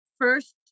first